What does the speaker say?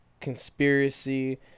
conspiracy